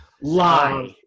Lie